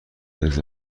آدرس